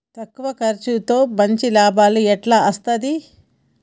తక్కువ కర్సుతో మంచి లాభం ఎట్ల అస్తది?